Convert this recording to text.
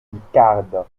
picarde